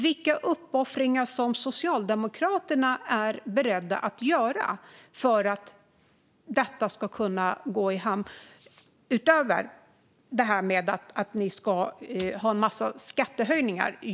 Vilka uppoffringar är Socialdemokraterna beredda att göra för att detta ska gå i hamn?